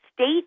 state